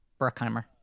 Bruckheimer